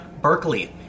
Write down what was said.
Berkeley